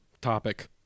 topic